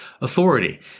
authority